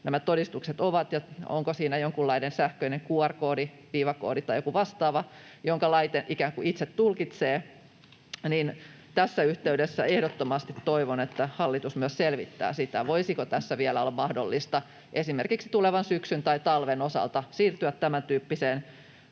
nämä todistukset ovat ja onko siinä jonkunlainen sähköinen QR-koodi, viivakoodi tai joku vastaava, jonka laite ikään kuin itse tulkitsee, niin tässä yhteydessä ehdottomasti toivon, että hallitus selvittää myös sitä, voisiko tässä vielä olla mahdollista esimerkiksi tulevan syksyn tai talven osalta siirtyä tämäntyyppiseen